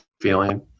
feeling